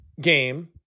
Game